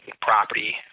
property